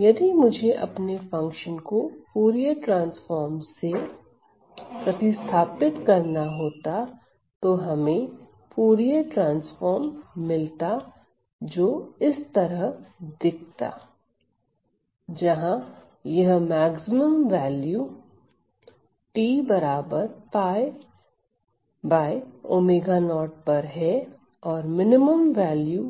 यदि मुझे अपने फंक्शन को फूरिये ट्रांसफॉर्म से प्रतिस्थापित करना होता तो हमें फूरिये ट्रांसफॉर्म मिलता जो इस तरह दिखता जहां यह मैक्सिमम वैल्यू t 𝝅𝛚0पर है और मिनिमम वैल्यू